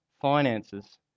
finances